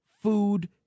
food